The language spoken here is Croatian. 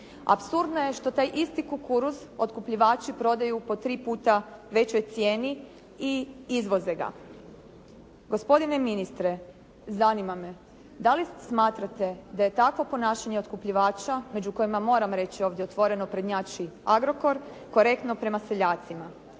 Apsurdno je što taj isti kukuruz otkupljivači prodaju po tri puta većoj cijeni i izvoze ga. Gospodine ministre, zanima me da li smatrate da je takvo ponašanje otkupljivača, među kojima, moram reći ovdje otvoreno prednjači Agrokor, korektno prema seljacima?